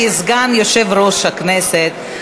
כסגן יושב-ראש הכנסת,